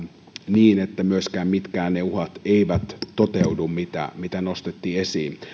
niin että myöskään mitkään ne uhat eivät toteudu mitä mitä nostettiin esiin